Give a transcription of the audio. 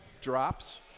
drops